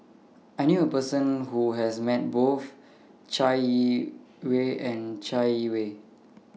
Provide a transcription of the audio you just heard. I knew A Person Who has Met Both Chai Yee Wei and Chai Yee Wei